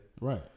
Right